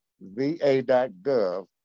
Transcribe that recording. va.gov